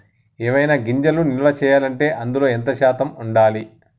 ఏవైనా గింజలు నిల్వ చేయాలంటే అందులో ఎంత శాతం ఉండాలి?